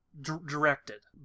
Directed